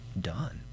done